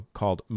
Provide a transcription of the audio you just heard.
Called